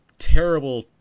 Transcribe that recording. terrible